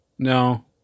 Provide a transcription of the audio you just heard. No